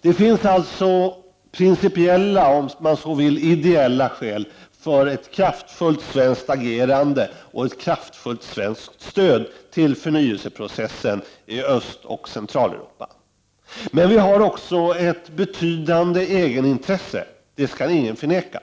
Det finns alltså principiella och, om man så vill, ideella skäl till ett kraftfullt svenskt agerande och ett kraftfullt svenskt stöd till förnyelseprocessen i Östoch Centraleuropa. Men Sverige har också ett betydande egenintresse, det kan ingen förneka.